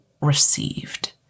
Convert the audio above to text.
received